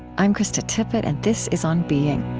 i'm krista tippett, and this is on being